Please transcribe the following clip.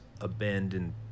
abandoned